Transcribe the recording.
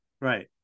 Right